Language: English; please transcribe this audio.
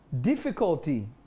Difficulty